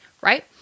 Right